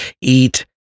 eat